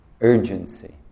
urgency